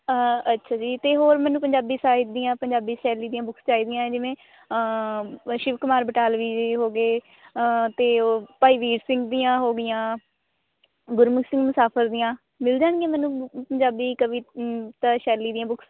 ਅੱਛਾ ਜੀ ਅਤੇ ਹੋਰ ਮੈਨੂੰ ਪੰਜਾਬੀ ਸਾਹਿਤ ਦੀਆਂ ਪੰਜਾਬੀ ਸ਼ੈਲੀ ਦੀਆਂ ਬੁੱਕਸ ਚਾਹੀਦੀਆਂ ਹੈ ਜਿਵੇਂ ਸ਼ਿਵ ਕੁਮਾਰ ਬਟਾਲਵੀ ਜੀ ਹੋ ਗਏ ਅਤੇ ਉਹ ਭਾਈ ਵੀਰ ਸਿੰਘ ਦੀਆਂ ਹੋ ਗਈਆਂ ਗੁਰਮੁੱਖ ਸਿੰਘ ਮੁਸਾਫ਼ਰ ਦੀਆਂ ਮਿਲ ਜਾਣਗੀਆਂ ਮੈਨੂੰ ਪੰਜਾਬੀ ਕਵਿ ਤਾ ਸ਼ੈਲੀ ਦੀਆਂ ਬੁੱਕਸ